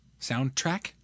Soundtrack